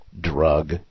drug